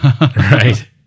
right